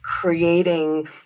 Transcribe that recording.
creating